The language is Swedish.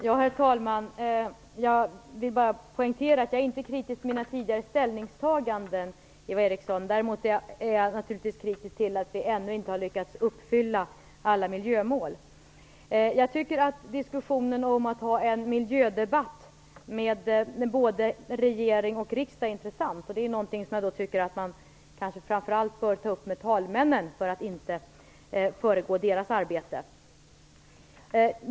Herr talman! Jag vill bara poängtera att jag inte är kritisk till mina tidigare ställningstaganden, Eva Eriksson. Däremot är jag naturligtvis kritisk till att vi ännu inte lyckats uppfylla alla miljömål. Jag tycker att diskussionen om att ha en miljödebatt med både regering och riksdag är intressant. Det är någonting man kanske i första hand borde ta upp med talmännen för att inte föregripa deras arbete.